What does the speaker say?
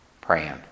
Praying